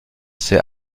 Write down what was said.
ces